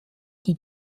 die